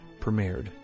premiered